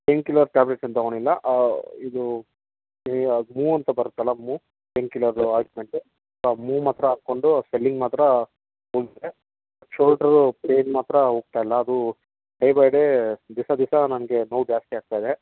pine killer tablets ಏನು ತೊಗೊಂಡಿಲ್ಲ ಇದು ಅದು ಮೂವ್ ಅಂತ ಬರತ್ತಲ್ಲ Moov pain killer ointment Moov ಮಾತ್ರ ಹಾಕ್ಕೊಂಡು ಸ್ವೆಲ್ಲಿಂಗ್ ಮಾತ್ರ ಹೋಗಿದೆ ಶೋಲ್ಡ್ರು ಪೈನ್ ಮಾತ್ರ ಹೋಗ್ತಾ ಇಲ್ಲ ಅದು ಡೇ ಬೈ ಡೇ ದಿವಸ ದಿವಸ ನನಗೆ ನೋವು ಜಾಸ್ತಿಯಾಗ್ತಾಯಿದೆ